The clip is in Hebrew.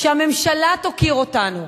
שהממשלה תוקיר אותנו,